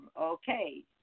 Okay